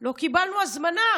לא קיבלנו הזמנה,